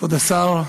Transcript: כבוד השר,